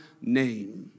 name